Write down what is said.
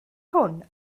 hwn